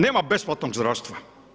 Nema besplatnog zdravstva.